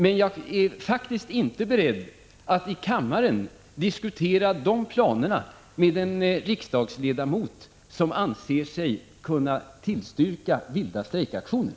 Men jag är faktiskt inte beredd att i kammaren diskutera de planerna med en riksdagsledmot som anser sig kunna tillstyrka vilda strejkaktioner.